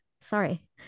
Sorry